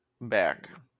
back